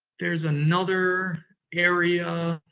there's another area